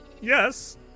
yes